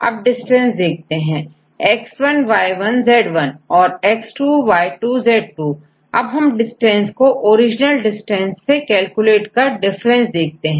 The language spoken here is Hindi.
अब डिस्टेंस देखते हैंX1Y1 Z1और X2Y2Z2 अब इस डिस्टेंस को ओरिजिनल डिस्टेंस से कैलकुलेट कर डिफरेंस देखते हैं